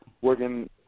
working